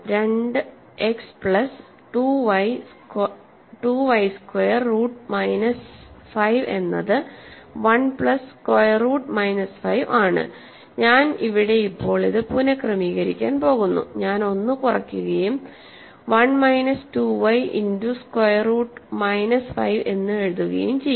2 x plus 2 y square root minus 5 എന്നത് 1 plus square root minus 5 ആണ് ഞാൻ ഇവിടെ ഇപ്പോൾ ഇത് പുനക്രമീകരിക്കാൻ പോകുന്നു ഞാൻ 1 കുറയ്ക്കുകയും 1 minus 2 y into square root minus 5 എന്ന് എഴുതുകയും ചെയ്യും